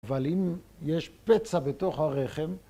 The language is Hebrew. ‫אבל אם יש פצע בתוך הרחם...